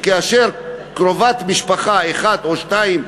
אצל קרובת משפחה אחת או שתיים,